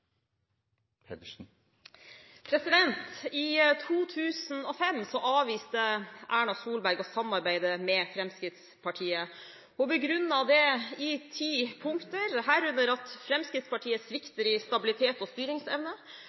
I 2005 avviste Erna Solberg å samarbeide med Fremskrittspartiet og begrunnet det i ti punkter, herunder at Fremskrittspartiet svikter i stabilitet og styringsevne,